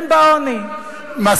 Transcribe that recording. תעזרי לו, למה את לא עוזרת לו?